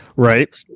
Right